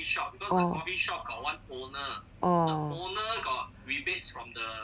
orh orh